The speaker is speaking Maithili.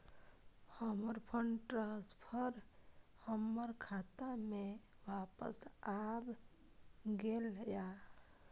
हमर फंड ट्रांसफर हमर खाता में वापस आब गेल या